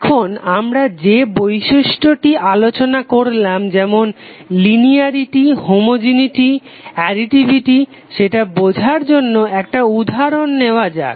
এখন আমরা যে বিশিষ্টটি আলোচনা করলাম যেমন লিনিয়ারিটি হোমোজেনেটি ও অ্যাডিটিভিটি সেটা বোঝার জন্য একটা উদাহরণ নেওয়া যাক